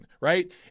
right